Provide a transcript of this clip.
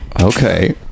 Okay